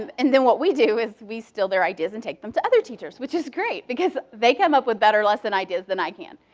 um and then what we do is we steal their ideas and take them to other teachers. which is great, because they come up with better lesson ideas then i can.